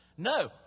No